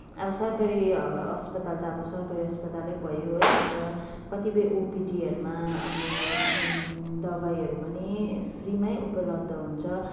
अब सरकारी अस्पताल त अब सरकारी अस्पतालै भयो है अन्त कतिपय ओपिडीहरूमा अब दवाईहरू पनि फ्रीमै उपलब्ध हुन्छ